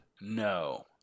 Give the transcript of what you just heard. No